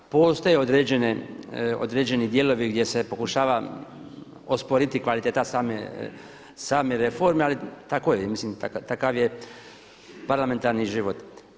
Postoje određeni dijelovi gdje se pokušava osporiti kvaliteta same reforme ali tako je, mislim takav je parlamentarni život.